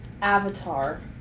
Avatar